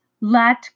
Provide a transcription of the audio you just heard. let